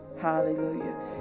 hallelujah